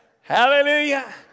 Hallelujah